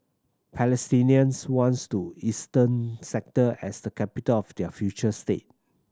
Palestinians wants to eastern sector as the capital of their future state